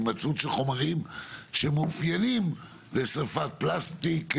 הימצאות של חומרים שמאופיינים לשריפת פלסטיק,